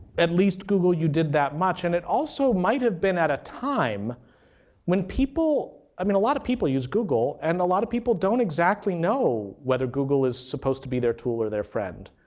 at least google you did that much. and it also might have been at a time when people i mean, a lot of people use google and a lot of people don't exactly know whether google is supposed to be their tool or their friend.